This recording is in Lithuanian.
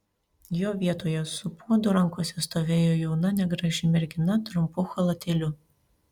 jo vietoje su puodu rankose stovėjo jauna negraži mergina trumpu chalatėliu